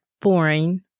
boring